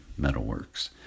Metalworks